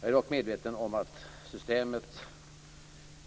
Jag är dock medveten om att det